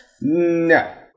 No